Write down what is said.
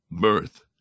birth